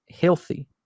healthy